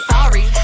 Sorry